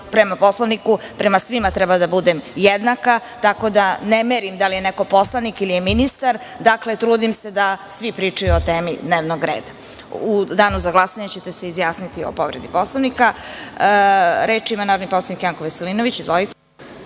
prema Poslovniku prema svima treba da budem jednaka, tako da ne merim da li je neko poslanik ili je ministar, dakle trudim se da svi pričaju o temi dnevnog reda.U danu za glasanje ćete se izjasniti o povredi Poslovnika. Reč ima narodni poslanik Janko Veselinović. Izvolite.